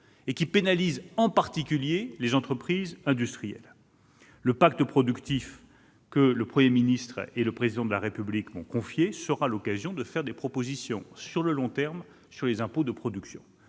et qui pénalisent en particulier les entreprises industrielles. Le pacte productif dont le Premier ministre et le Président de la République m'ont confié la mise en oeuvre sera l'occasion de faire des propositions sur le long terme sur les impôts de production.